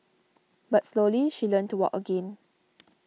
but slowly she learnt to walk again